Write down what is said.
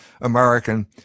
American